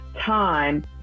time